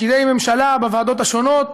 פקידי ממשלה בוועדות השונות,